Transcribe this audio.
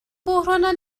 بحرانها